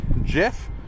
jeff